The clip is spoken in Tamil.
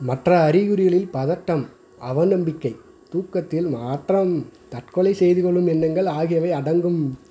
மற்ற அறிகுறிகளில் பதட்டம் அவநம்பிக்கை தூக்கத்தில் மாற்றம் தற்கொலை செய்து கொள்ளும் எண்ணங்கள் ஆகியவை அடங்கும்